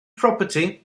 property